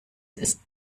ist